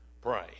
pray